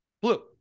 Blue